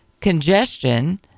congestion